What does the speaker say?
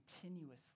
continuously